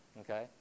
Okay